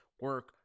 Work